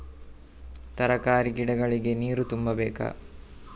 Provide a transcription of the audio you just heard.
ತರಕಾರಿ ಗಿಡಗಳಿಗೆ ನೀರು ತುಂಬಬೇಕಾ?